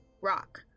Rock